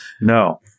No